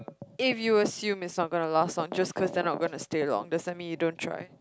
if you assume it's not gonna last long just cause then I'm gonna steer off doesn't mean you don't try